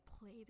play